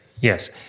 yes